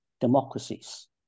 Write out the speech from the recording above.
democracies